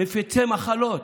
מפיצי מחלות.